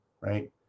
right